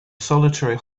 solitary